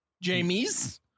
Jamie's